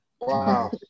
wow